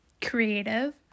creative